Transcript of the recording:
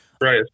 Right